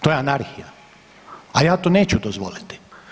To je anarhija, a ja to neću dozvoliti.